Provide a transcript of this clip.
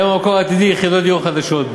הם המקור העתידי ליחידות דיור חדשות.